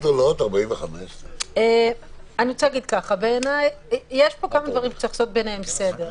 לא כל כך גדולות 45. יש פה כמה דברים שצריך לעשות בהם סדר.